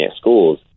schools